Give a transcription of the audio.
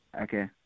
Okay